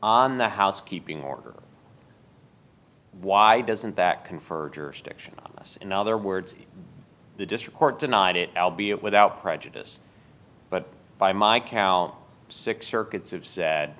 on the housekeeping order why doesn't that confer jurisdiction in other words the district court denied it l b it without prejudice but by my count six circuits have said